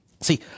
See